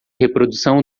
reprodução